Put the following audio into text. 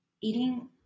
eating